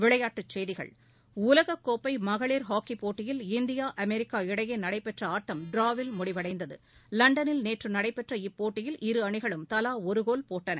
விளையாட்டுச்செய்திகள் உலகக்கோப்பமகளிர் ஹாக்கிப் போட்டியில் இந்தியா அமெரிக்கா இடையேநடைபெற்றஆட்டம் ட்ராவில் முடிவடைந்தது லண்டனில் நேற்றுநடைபெற்ற இப்போட்டியில் இரு அணிகளும் தலாஒருகோல் போட்டன